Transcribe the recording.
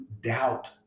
doubt